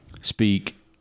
speak